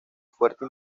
fuerte